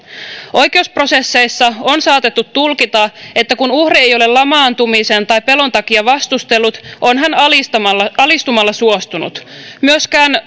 oikeusprosesseissa on saatettu tulkita että kun uhri ei ole lamaantumisen tai pelon takia vastustellut on hän alistumalla alistumalla suostunut myöskään